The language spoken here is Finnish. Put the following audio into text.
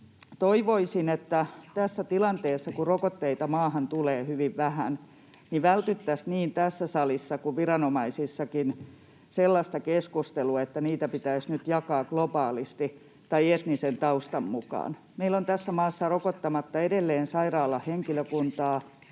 toivoisin, että tässä tilanteessa, kun rokotteita maahan tulee hyvin vähän, vältettäisiin niin tässä salissa kuin viranomaisissakin sellaista keskustelua, että niitä pitäisi nyt jakaa globaalisti tai etnisen taustan mukaan. Kun meillä on tässä maassa rokottamatta edelleen muun muassa sairaalahenkilökuntaa,